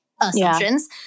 assumptions